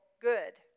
good